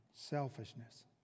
Selfishness